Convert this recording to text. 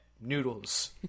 noodles